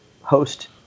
host